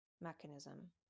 mechanism